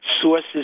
sources